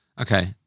Okay